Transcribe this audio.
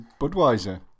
Budweiser